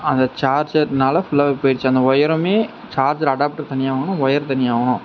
அந்த சார்ஜர்னால ஃபுல்லாவே போய்டுச்சி அந்த ஒயருமே சார்ஜர் அடாப்டர் தனியாக வாங்கினோம் ஒயர் தனியாக வாங்கினோம்